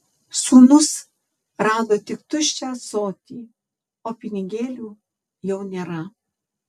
sūnus rado tik tuščią ąsotį o pinigėlių jau nėra